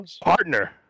partner